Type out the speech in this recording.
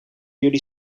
jullie